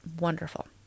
Wonderful